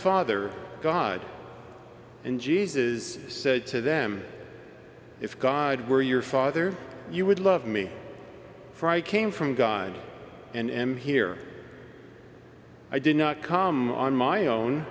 father god and jesus said to them if god were your father you would love me for i came from god and am here i did not come on my own